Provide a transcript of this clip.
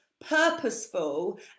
purposeful